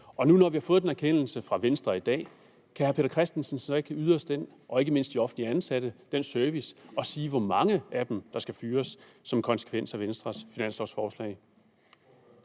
Og nu, hvor vi har fået den erkendelse fra Venstre i dag, kan hr. Peter Christensen så ikke yde os og ikke mindst de offentligt ansatte den service at sige, hvor mange af dem der skal fyres som konsekvens af Venstres finanslovsforslag?